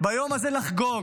לחגוג